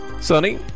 Sunny